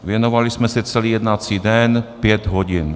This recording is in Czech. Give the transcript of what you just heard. Věnovali jsme se tomu celý jednací den, pět hodin.